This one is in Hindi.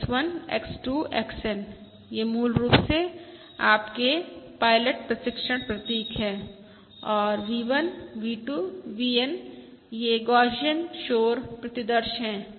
X 1 X 2 XN ये मूल रूप से आपके पायलट प्रशिक्षण प्रतीक हैं और V 1 V 2 VN ये गौसियन शोर प्रतिदर्श हैं